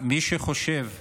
מי שחושב,